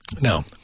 Now